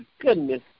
goodness